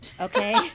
okay